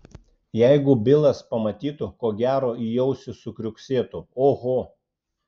jeigu bilas pamatytų ko gero į ausį sukriuksėtų oho